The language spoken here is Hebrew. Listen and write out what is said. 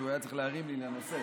היה צריך להרים לי לנושא.